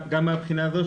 גם מהבחינה הזו,